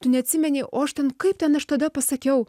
tu neatsimeni o aš ten kaip ten aš tada pasakiau